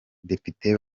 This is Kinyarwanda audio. depite